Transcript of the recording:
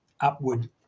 upward